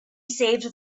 saved